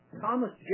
Thomas